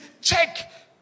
check